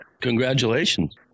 Congratulations